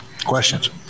questions